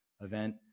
event